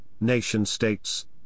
nation-states